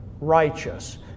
righteous